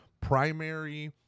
primary